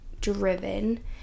driven